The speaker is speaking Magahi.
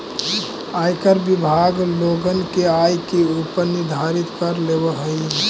आयकर विभाग लोगन के आय के ऊपर निर्धारित कर लेवऽ हई